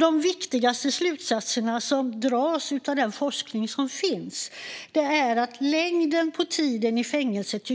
De viktigaste slutsatserna som dras av den forskning som finns är att längden på tiden i fängelse inte